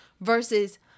versus